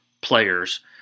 players